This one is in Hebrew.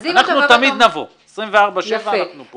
אנחנו תמיד נבוא - 24/7 אנחנו פה.